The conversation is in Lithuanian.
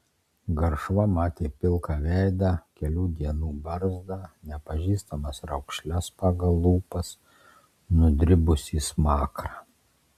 garšva matė pilką veidą kelių dienų barzdą nepažįstamas raukšles pagal lūpas nudribusį smakrą